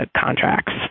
contracts